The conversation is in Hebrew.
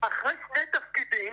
אחרי שני תפקידים